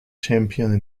champion